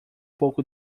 pouco